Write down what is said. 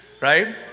right